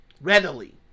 readily